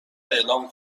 اعلام